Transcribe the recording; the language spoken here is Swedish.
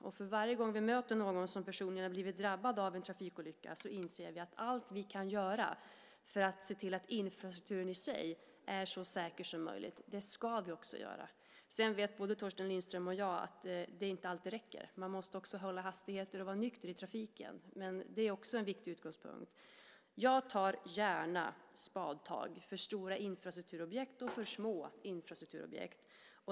Och varje gång vi möter någon som personligen har blivit drabbad av en trafikolycka inser vi att vi ska göra allt vi kan göra för att se till att infrastrukturen i sig är så säker som möjligt. Sedan vet både Torsten Lindström och jag att det inte alltid räcker. Man måste också hålla hastigheter och vara nykter i trafiken. Det är också en viktig utgångspunkt. Jag tar gärna spadtag för stora infrastrukturobjekt och för små infrastrukturobjekt.